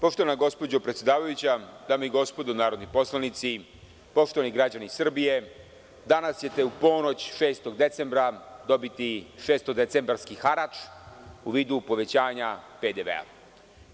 Poštovana gospođo predsedavajuća, dame i gospodo narodni poslanici, poštovani građani Srbije, danas ćete u ponoć 6. decembra dobiti šestodecembarski harač u vidu povećanja PDV-a.